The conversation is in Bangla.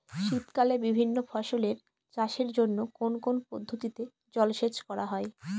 শীতকালে বিভিন্ন ফসলের চাষের জন্য কোন কোন পদ্ধতিতে জলসেচ করা হয়?